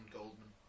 Goldman